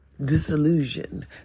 disillusion